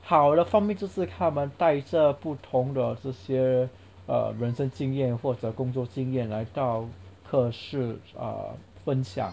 好的方面就是他们带着不同的这这些 err 人生经验或者工作经验来到课室 err 分享